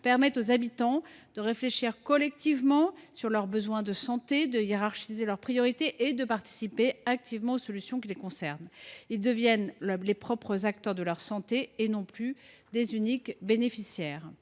permettre aux habitants de réfléchir collectivement sur leurs besoins en santé, de hiérarchiser leurs priorités et de participer activement aux solutions qui les concernent, afin qu’ils deviennent les propres acteurs de leur santé, et non plus seulement de purs bénéficiaires.